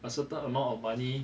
a certain amount of money